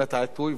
תודה רבה, אדוני.